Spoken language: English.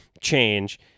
change